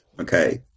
Okay